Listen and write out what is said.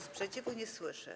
Sprzeciwu nie słyszę.